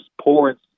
poor